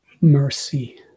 mercy